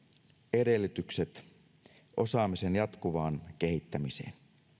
edellytykset osaamisen jatkuvan kehittämiseen